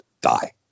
die